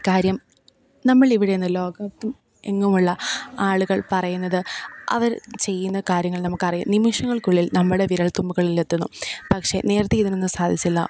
കാര്യം നമ്മളിവിടെന്ന് ലോകത്തും എങ്ങുമുള്ള ആളുകൾ പറയുന്നത് അവർ ചെയ്യുന്ന കാര്യങ്ങൾ നമുക്കറിയാം നിമിഷങ്ങൾക്കുള്ളിൽ നമ്മുടെ വിരൽത്തുമ്പ്കളിൽ എത്തുന്നു പക്ഷേ നേരത്തേ ഇതിനൊന്നും സാധിച്ചില്ല